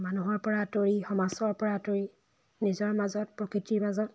মানুহৰ পৰা আঁতৰি সমাজৰ পৰা আঁতৰি নিজৰ মাজত প্ৰকৃতিৰ মাজত